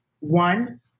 One